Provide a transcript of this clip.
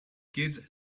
kids